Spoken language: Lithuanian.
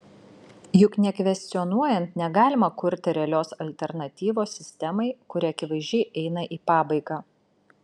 juk nekvestionuojant negalima kurti realios alternatyvos sistemai kuri akivaizdžiai eina į pabaigą